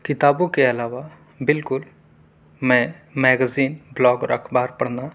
کتابوں کے علاوہ بالکل میں میگزین بلاگ اور اخبار پڑھنا